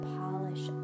polish